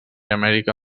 amèrica